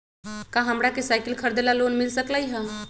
का हमरा के साईकिल खरीदे ला लोन मिल सकलई ह?